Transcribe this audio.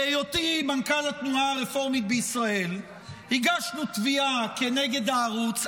בהיותי מנכ"ל התנועה הרפורמית בישראל הגשנו תביעה כנגד הערוץ.